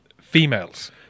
females